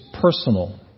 personal